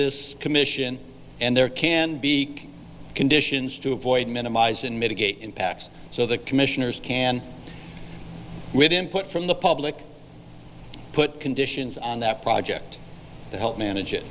this commission and there can be conditions to avoid minimize and mitigate impacts so the commissioners can with input from the public put conditions on that project to help manage it